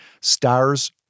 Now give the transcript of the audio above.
Stars